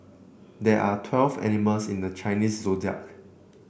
there are twelve animals in the Chinese Zodiac